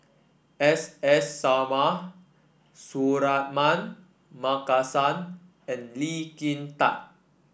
S S Sarma Suratman Markasan and Lee Kin Tat